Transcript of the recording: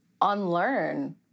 unlearn